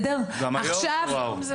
גם היום זה וואו.